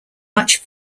much